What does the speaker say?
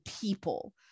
people